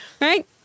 Right